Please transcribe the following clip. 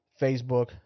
Facebook